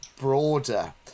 broader